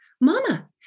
mama